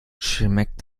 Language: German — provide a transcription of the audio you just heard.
schmeckt